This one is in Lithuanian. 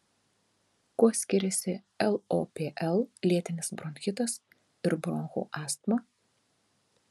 kuo skiriasi lopl lėtinis bronchitas ir bronchų astma